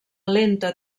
lenta